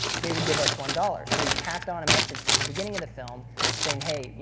they would give us one dollars. so we tacked on a message to the beginning of the film saying hey,